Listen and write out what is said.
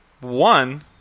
one